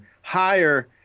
higher